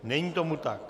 Není tomu tak.